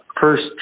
first